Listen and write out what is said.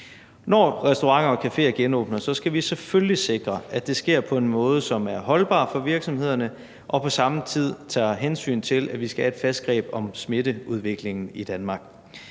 Når restauranter og caféer genåbner, skal vi selvfølgelig sikre, at det sker på en måde, som er holdbar for virksomhederne, og hvor der på samme tid tages hensyn til, at vi skal have et fast greb om smitteudviklingen i Danmark.